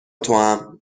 توام